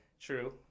True